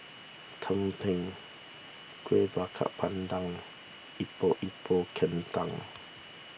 Tumpeng Kueh Bakar Pandan Epok Epok Kentang